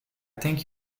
think